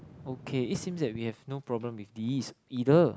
okay it seems like we have no problems with this either